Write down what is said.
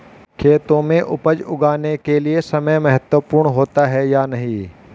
खेतों में उपज उगाने के लिये समय महत्वपूर्ण होता है या नहीं?